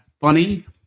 funny